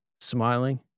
smiling